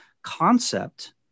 concept